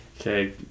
Okay